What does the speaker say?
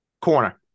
Corner